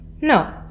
No